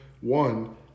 one